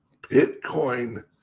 Bitcoin